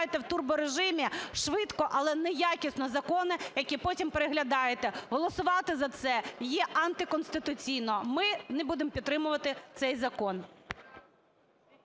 Дякую.